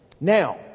Now